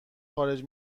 خارج